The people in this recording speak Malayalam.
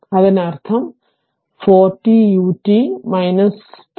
അതിനർത്ഥം n ന് 4 t ut thatut 3